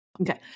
Okay